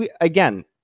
again